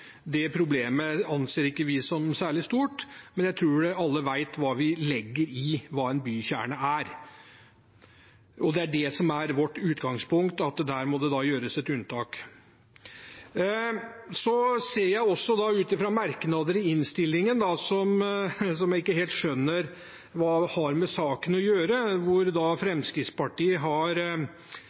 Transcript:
Det problemet anser ikke vi som særlig stort, men jeg tror alle vet hva vi legger i hva en bykjerne er, og vårt utgangspunkt er at der må det da gjøres et unntak. Så ser jeg noe i merknadene i innstillingen som jeg ikke helt skjønner hva har med saken å gjøre, der Fremskrittspartiet snakker om hva slags syn vi har